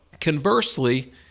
conversely